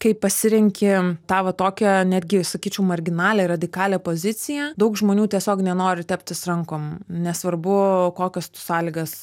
kaip pasirenki tą va tokią netgi sakyčiau marginalią ir radikalią poziciją daug žmonių tiesiog nenori teptis rankom nesvarbu kokias tu sąlygas